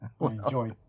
enjoy